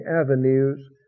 avenues